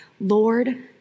Lord